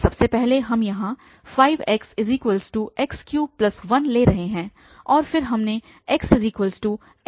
सबसे पहले हम यहाँ 5xx31 ले रहे हैं और फिर हमने xx315 लिया है